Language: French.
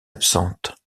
absente